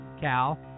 Cal